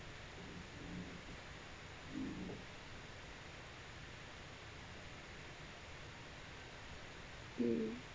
mm